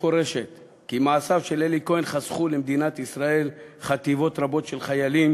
במפורש כי מעשיו של אלי כהן חסכו למדינת ישראל חטיבות רבות של חיילים,